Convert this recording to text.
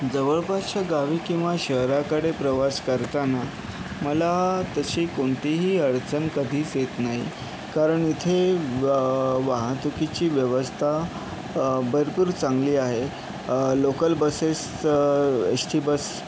जवळपासच्या गावी किंवा शहराकडे प्रवास करताना मला तशी कोणतीही अडचण कधीच येत नाही कारण इथे वाहतुकीची व्यवस्था भरपूर चांगली आहे लोकल बसेसचं एश टी बस